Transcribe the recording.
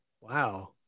Wow